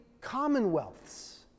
commonwealths